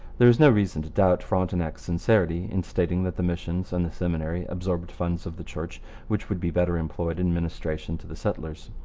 there is no reason to doubt frontenac's sincerity in stating that the missions and the seminary absorbed funds of the church which would be better employed in ministration to the settlers.